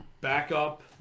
backup